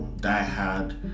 die-hard